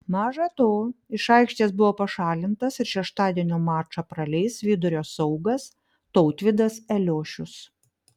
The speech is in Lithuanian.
maža to iš aikštės buvo pašalintas ir šeštadienio mačą praleis vidurio saugas tautvydas eliošius